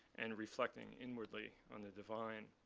and reflecting inwardly on the divine.